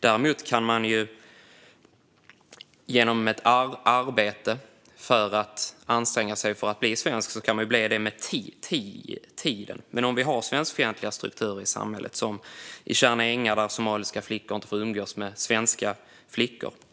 Däremot kan man genom att anstränga sig bli svensk med tiden. Men hur ska man kunna bli en del av Sverige om vi har svenskfientliga strukturer i samhället, som i Tjärna ängar, där somaliska flickor inte får umgås med svenska flickor?